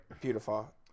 Beautiful